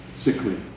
sickly